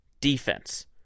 Defense